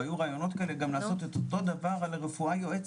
והיו רעיונות כאלה גם לעשות את אותו דבר גם על רפואה יועצת,